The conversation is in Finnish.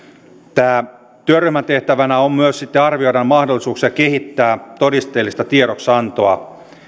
työryhmän tehtävänä on myös sitten arvioida mahdollisuuksia kehittää todisteellista tiedoksiantoa